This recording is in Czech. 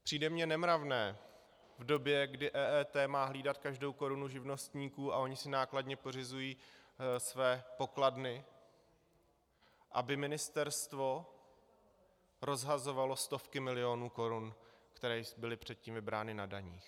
Přijde mně nemravné v době, kdy EET má hlídat každou korunu živnostníků a oni si nákladně pořizují své pokladny, aby ministerstvo rozhazovalo stovky milionů korun, které byly předtím vybrány na daních.